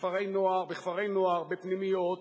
בכפרי נוער, בפנימיות,